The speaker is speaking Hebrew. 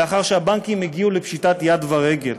לאחר שהבנקים הגיעו לפשיטת יד ורגל.